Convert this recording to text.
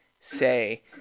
say